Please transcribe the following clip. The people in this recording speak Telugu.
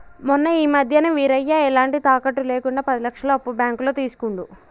మొన్న ఈ మధ్యనే వీరయ్య ఎలాంటి తాకట్టు లేకుండా పది లక్షల అప్పు బ్యాంకులో తీసుకుండు